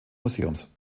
museums